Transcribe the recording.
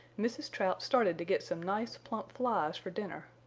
mrs. trout started to get some nice plump flies for dinner.